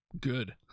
good